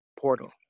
portal